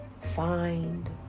Find